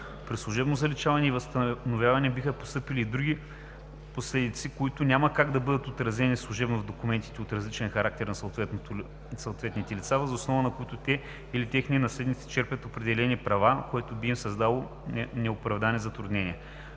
При служебно заличаване и възстановяване биха настъпили и други последици, които няма как да бъдат отразени служебно в документи от различен характер на съответните лица, въз основа на които те или техни наследници черпят определени права, което би им създало неоправдани затруднения.